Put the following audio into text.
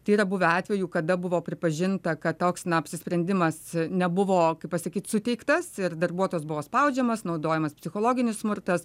tai yra buvę atvejų kada buvo pripažinta kad toks na apsisprendimas nebuvo kaip pasakyt suteiktas ir darbuotojas buvo spaudžiamas naudojamas psichologinis smurtas